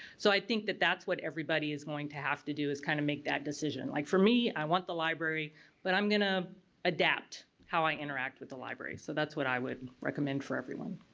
so i think that's what everybody is going to have to do is kind of make that decision. like for me, i want the library but i'm gonna adapt how i interact with the library so that's what i would recommend for everyone.